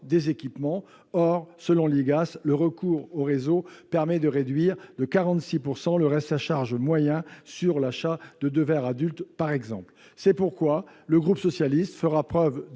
des équipements. Or, selon l'IGAS, le recours au réseau permet de réduire de 46 % le reste à charge moyen sur l'achat de deux verres pour adultes, par exemple. C'est pourquoi le groupe socialiste fera preuve